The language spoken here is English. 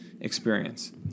experience